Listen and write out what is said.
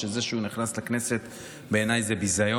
שזה שהוא נכנס לכנסת זה ביזיון